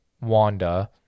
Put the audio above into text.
Wanda